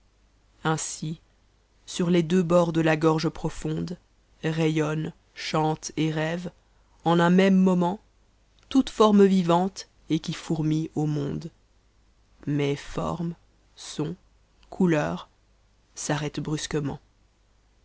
ainsi sur les deux bords de la gorge profonde rayonne chante et rcve en un même moment toute forme vivante et qui fourmihe au monde mais formes sons couleurs s'arrêtent brusquement